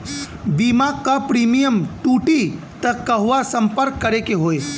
बीमा क प्रीमियम टूटी त कहवा सम्पर्क करें के होई?